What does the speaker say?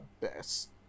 best